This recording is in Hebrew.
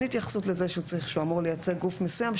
התייחסות לזה שהוא אמור לייצג גוף מסוים,